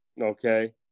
Okay